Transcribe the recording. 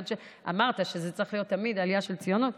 אמרת שזו תמיד צריכה להיות עלייה של ציונות,